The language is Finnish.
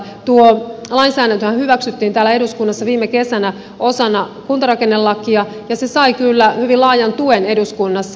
tuo lainsäädäntöhän hyväksyttiin täällä eduskunnassa viime kesänä osana kuntarakennelakia ja se sai kyllä hyvin laajan tuen eduskunnassa